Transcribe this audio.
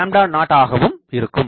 250 ஆகவும் இருக்கும்